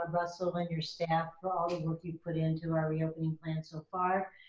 ah russell, and your staff for all the work you've put into our reopening plans so far,